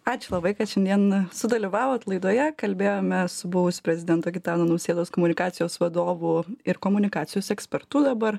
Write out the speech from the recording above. ačiū labai kad šiandien sudalyvavot laidoje kalbėjome su buvusiu prezidento gitano nausėdos komunikacijos vadovu ir komunikacijos ekspertu dabar